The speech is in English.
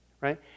Right